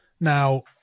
Now